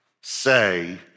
say